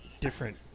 different